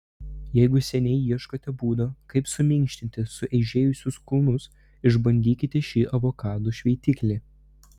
jeigu seniai ieškote būdo kaip suminkštinti sueižėjusius kulnus išbandykite šį avokadų šveitiklį